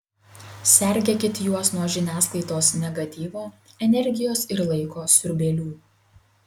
sergėkit juos nuo žiniasklaidos negatyvo energijos ir laiko siurbėlių